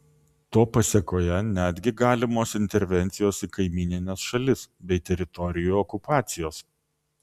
to pasėkoje netgi galimos intervencijos į kaimynines šalis bei teritorijų okupacijos